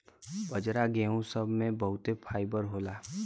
बाजरा गेहूं सब मे बहुते फाइबर होला